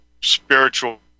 spiritual